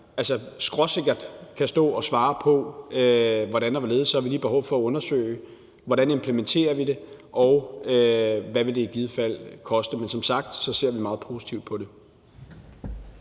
jeg skråsikkert kan stå og svare på hvordan og hvorledes, har vi lige behov for at undersøge, hvordan vi implementerer det, og hvad det i givet fald vil koste. Men som sagt ser vi meget positivt på det.